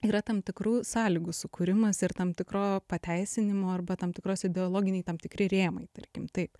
yra tam tikrų sąlygų sukūrimas ir tam tikro pateisinimo arba tam tikros ideologiniai tam tikri rėmai tarkim taip